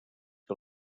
que